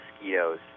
mosquitoes